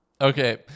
Okay